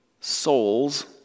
souls